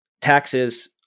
Taxes